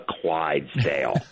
Clydesdale